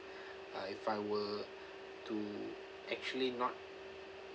uh if I were to actually not